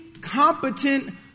competent